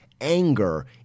anger